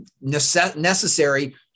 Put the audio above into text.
necessary